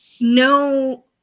no